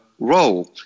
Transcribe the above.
role